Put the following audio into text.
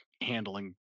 handling